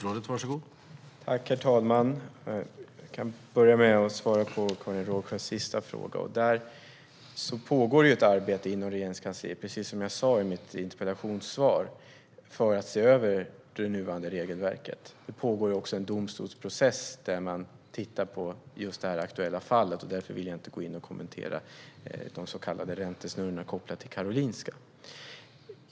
Herr talman! Jag kan börja med att svara på Karin Rågsjös sista fråga. Det pågår ett arbete inom Regeringskansliet, precis som jag sa i mitt interpellationssvar, för att se över det nuvarande regelverket. Det pågår också en domstolsprocess där man tittar på just detta aktuella fall, och därför vill jag inte gå in och kommentera de så kallade räntesnurrorna kopplat till Karolinska.